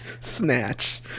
Snatch